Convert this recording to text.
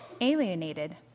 alienated